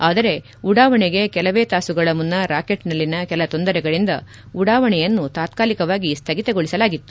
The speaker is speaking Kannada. ಆದರೆ ಉಡಾವಣೆಗೆ ಕೆಲವೇ ತಾಸುಗಳ ಮುನ್ನ ರಾಕೆಟ್ನಲ್ಲಿನ ಕೆಲ ತೊಂದರೆಗಳಿಂದ ಉಡಾವಣೆಯನ್ನು ತಾತ್ನಾ ಲಿಕವಾಗಿ ಸ್ಥಗಿತಗೊಳಿಸಲಾಗಿತ್ತು